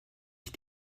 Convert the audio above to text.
ich